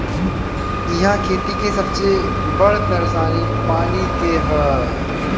इहा खेती के सबसे बड़ परेशानी पानी के हअ